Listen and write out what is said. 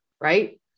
Right